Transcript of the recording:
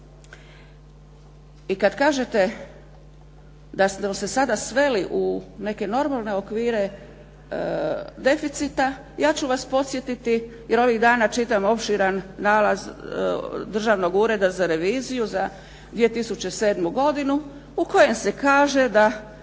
I kad kažete da ste se sada sveli u neke normalne okvire deficita, ja ću vas podsjetiti jer ovih dana čitam opširan nalaz Državnog ureda za reviziju za 2007. godinu u kojem se kaže da